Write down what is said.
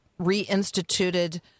reinstituted